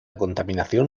contaminación